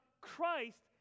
Christ